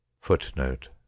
footnote